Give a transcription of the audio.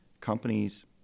companies